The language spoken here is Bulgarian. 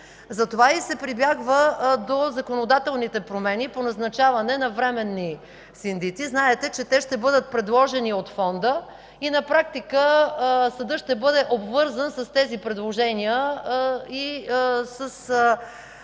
Затова и се прибягва до законодателните промени по назначаване на временни синдици. Знаете, че те ще бъдат предложени от Фонда и на практика съдът ще бъде обвързан с тези предложения и с